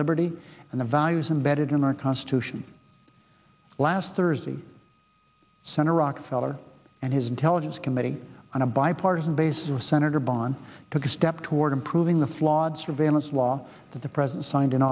liberty and the values and bedded in our constitution last thursday center rockefeller and his intelligence committee on a bipartisan basis senator bonn took a step toward improving the flawed surveillance law that the president signed in